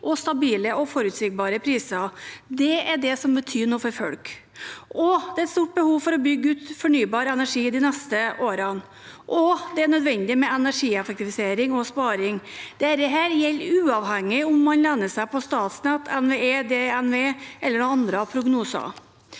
stabile og forutsigbare priser. Det er det som betyr noe for folk. Det er et stort behov for å bygge ut fornybar energi de neste årene, og det er nødvendig med energieffektivisering og energisparing. Dette gjelder uavhengig av om man lener seg på Statnett, NVE, DNV eller noen andres prognoser.